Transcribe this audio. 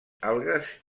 algues